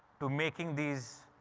to making these,